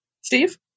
Steve